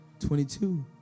22